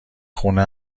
خونه